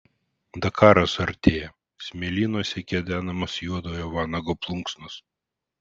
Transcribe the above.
dakaras artėja smėlynuose kedenamos juodojo vanago plunksnos